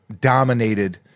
dominated